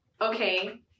okay